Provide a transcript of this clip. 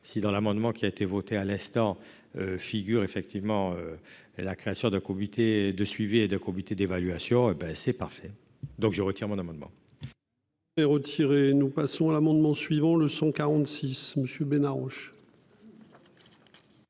si, dans l'amendement qui a été voté à l'instant figure effectivement la création d'un comité de suivi et d'évaluation, c'est parfait. Je retire mon amendement.